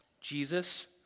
Jesus